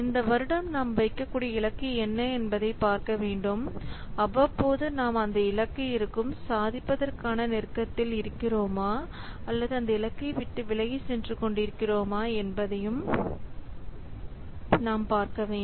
இந்த வருடம் நாம் வைக்கக்கூடிய இலக்கு என்ன என்பதை பார்க்க வேண்டும் அவ்வப்போது நாம் அந்த இலக்கு இருக்கும் சாதிப்பதற்கான நெருக்கத்தில் இருக்கிறோமா அல்லது அந்த இலக்கை விட்டு விலகி சென்று கொண்டிருக்கிறோம் என்பதை தகுந்த இடைவெளியில் நாம் பார்க்க வேண்டும்